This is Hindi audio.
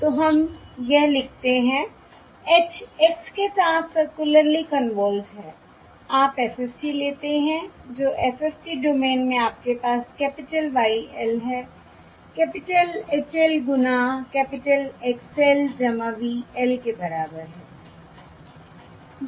तो हम यह लिखते हैं h x के साथ सर्कुलरली कन्वॉल्वड है आप FFT लेते हैं जो FFT डोमेन में आपके पास कैपिटल Y l है कैपिटल H l गुना capital X l V l के बराबर है